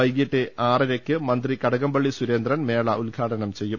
വൈകീട്ട് ആറരയ്ക്ക് മന്ത്രി കടകംപള്ളി സുരേന്ദ്രൻ മേള ഉദ്ഘാടനം ചെയ്യും